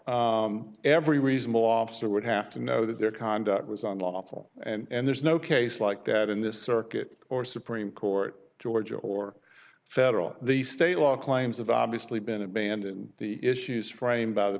every reasonable officer would have to know that their conduct was unlawful and there's no case like that in this circuit or supreme court georgia or federal the state law claims have obviously been abandoned the issues framed by the